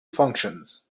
functions